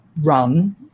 run